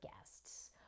guests